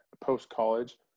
post-college